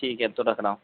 ٹھیک ہے تو رکھ رہا ہوں